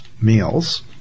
meals